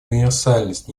универсальность